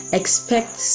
expect